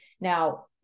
Now